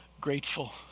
grateful